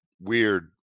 weird